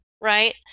Right